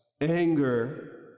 anger